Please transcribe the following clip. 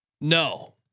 No